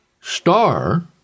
star